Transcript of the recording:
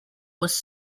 was